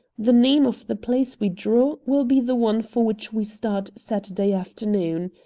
the name of the place we draw will be the one for which we start saturday afternoon.